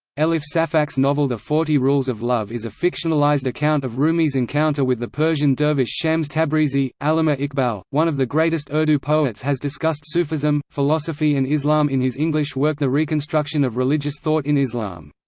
elif safak's novel the forty rules of love is a fictionalized account of rumi's encounter with the persian dervish shams tabrizi allama iqbal, one of the greatest urdu poets has discussed sufism, philosophy and islam in his english work the reconstruction of religious thought in islam.